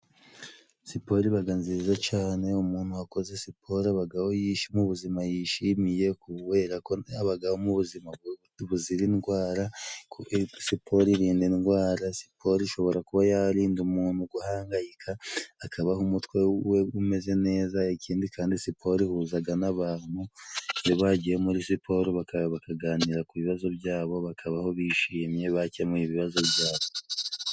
Siporo ibaga nziza cyane. Umuntu wakoze siporo abagaho mu buzima yishimiye, kubera ko abagaho mu buzima buzira indwara, siporo irinda indwara, siporo ishobora kuba yarinda umuntu guhangayika, akabaho umutwe we umeze neza. Ikindi kandi siporo ihuzaga n'abantu bagiye muri siporo, bakaganira ku bibazo byabo, bakabaho bishimye bakemuye ibibazo byabo.